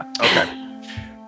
Okay